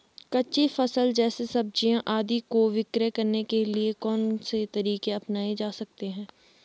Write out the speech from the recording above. कच्ची फसल जैसे सब्जियाँ आदि को विक्रय करने के लिये कौन से तरीके अपनायें जा सकते हैं?